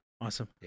Awesome